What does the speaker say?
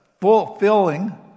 fulfilling